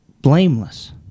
blameless